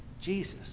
Jesus